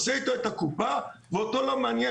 עושה איתו את הקופה ואותו לא מעניין.